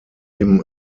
him